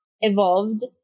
evolved